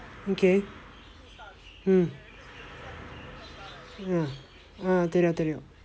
okay mm ah தெரியும் தெரியும்:theriyum theriyum